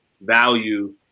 value